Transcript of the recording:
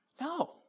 No